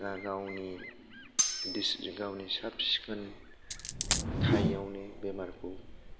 दा गावनि डिस्ट्रिक्ट गावनि साब सिखोन थायैयावनो बेमारखौ